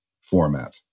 format